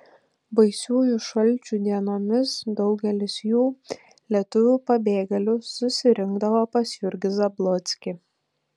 baisiųjų šalčių dienomis daugelis jų lietuvių pabėgėlių susirinkdavo pas jurgį zablockį